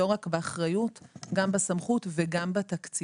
לא רק באחריות אלא גם בסמכות ובתקציבים.